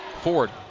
Ford